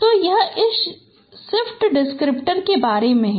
तो यह इस सिफ्ट डिस्क्रिप्टर के बारे में है